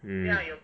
mm